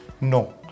no